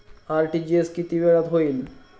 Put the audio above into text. RTGS किती वेळात होईल?